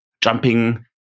jumping